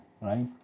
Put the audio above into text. right